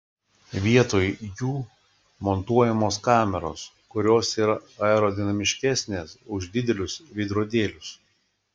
vietoj jų montuojamos kameros kurios yra aerodinamiškesnės už didelius veidrodėlius